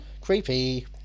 creepy